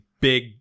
big